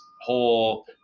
whole